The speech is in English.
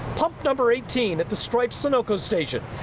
pump number eighteen at the stripes sonoco station.